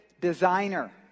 designer